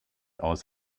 aus